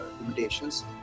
limitations